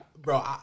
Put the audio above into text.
bro